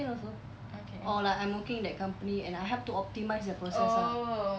can also or like I'm working in that company and I have to optimise the process ah